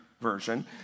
Version